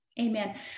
Amen